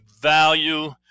value